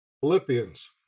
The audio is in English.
Philippians